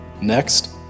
Next